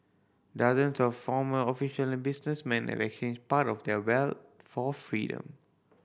dozens of former official and businessmen have exchanged part of their wealth for freedom